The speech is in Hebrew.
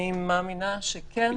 אני מאמינה שכן.